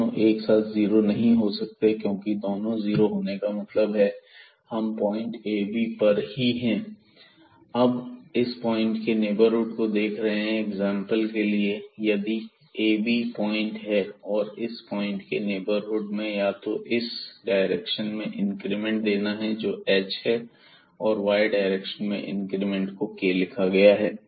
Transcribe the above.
दोनों एक साथ जीरो नहीं हो सकते क्योंकि दोनों जीरो होने का मतलब हम पॉइंट ab पर ही हैं और हम पॉइंट के नेबरहुड को देख रहे हैं एग्जांपल के लिए यदि ab पॉइंट है और इस पॉइंट के नेबरहुड में या तो हमें इस डायरेक्शन में इंक्रीमेंट देना है जो h है और y डायरेक्शन में इंक्रीमेंट को k लिखा गया है